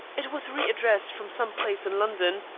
it was re-addressed from some place in london.